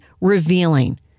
revealing